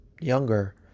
younger